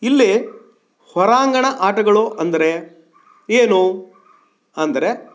ಇಲ್ಲಿ ಹೊರಾಂಗಣ ಆಟಗಳು ಅಂದರೆ ಏನು ಅಂದರೆ